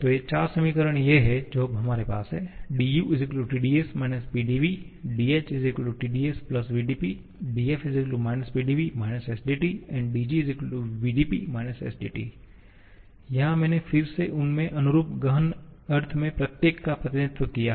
तो ये चार समीकरण हैं जो अब हमारे पास हैं du Tds − Pdv dh Tds vdP df − Pdv − sdT dg vdP − sdT यहाँ मैंने फिर से उनके अनुरूप गहन अर्थ में प्रत्येक का प्रतिनिधित्व किया है